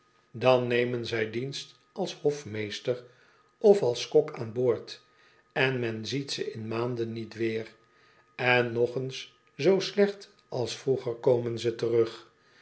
dan nemen zij dienst als hof meestei of als kok aan boord en men ziet ze in maanden niet weer en nog eens zoo slecht als vroeger komen ze terug